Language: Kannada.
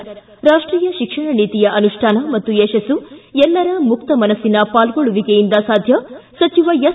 ಿ ರಾಷ್ಷೀಯ ಶಿಕ್ಷಣ ನೀತಿಯ ಅನುಷ್ಠಾನ ಮತ್ತು ಯಶಸ್ಸು ಎಲ್ಲರ ಮುಕ್ತಮನಸ್ಲಿನ ಪಾಲ್ಗೊಳ್ಳುವಿಕೆಯಿಂದ ಸಾಧ್ಯ ಸಚಿವ ಎಸ್